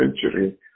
century